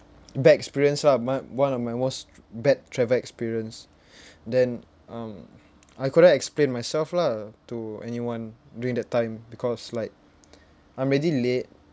bad experience lah my one of my most bad travel experience then um I couldn't explain myself lah to anyone during that time because like I'm already late